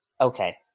Okay